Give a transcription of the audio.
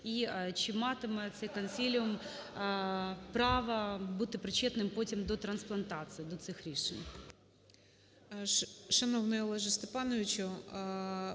І чи матиме цей консиліум право бути причетним потім до трансплантацій, до цих рішень?